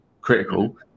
critical